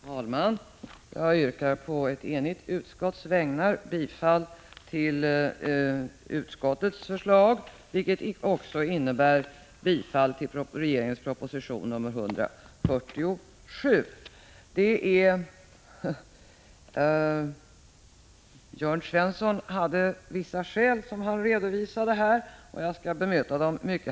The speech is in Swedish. Herr talman! Jag yrkar på ett enigt utskotts vägnar bifall till utskottets förslag, vilket också innebär bifall till regeringens proposition nr 147. Jörn Svensson redovisade vissa skäl, som jag mycket hastigt skall bemöta.